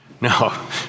No